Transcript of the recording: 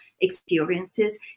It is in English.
experiences